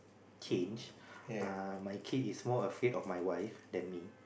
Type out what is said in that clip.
changed uh my kid is more afraid of my wife than me